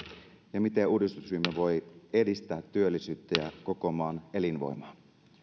ja miten uudistusryhmä voi edistää työllisyyttä ja koko maan elinvoimaa